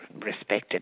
respected